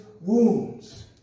wounds